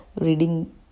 reading